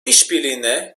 işbirliğine